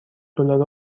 دلار